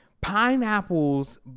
Pineapples